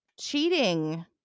cheating